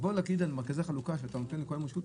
להגיד שבמרכזי החלוקה אתה נותן לכולם רשות גישה,